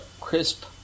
crisp